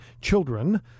children